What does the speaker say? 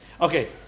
Okay